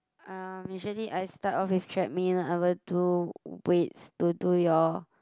um usually I start off with treadmill I will do weights to do your